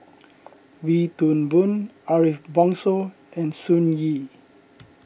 Wee Toon Boon Ariff Bongso and Sun Yee